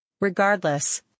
Regardless